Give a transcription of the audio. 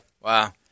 Wow